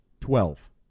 Twelve